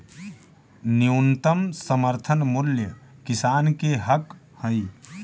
न्यूनतम समर्थन मूल्य किसान के हक हइ